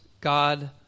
God